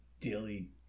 Dilly